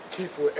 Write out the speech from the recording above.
people